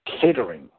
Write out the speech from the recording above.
catering